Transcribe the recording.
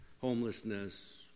homelessness